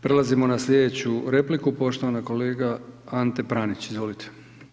Prelazimo na slijedeću repliku, poštovani kolega Ante Pranić, izvolite.